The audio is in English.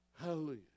Hallelujah